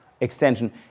extension